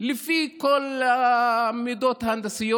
לפי כל המידות ההנדסיות,